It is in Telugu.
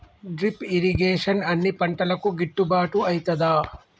డ్రిప్ ఇరిగేషన్ అన్ని పంటలకు గిట్టుబాటు ఐతదా?